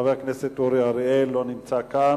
חבר הכנסת אורי אריאל, לא נמצא כאן.